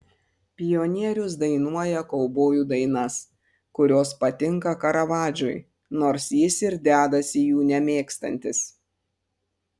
pionierius dainuoja kaubojų dainas kurios patinka karavadžui nors jis ir dedasi jų nemėgstantis